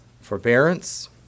forbearance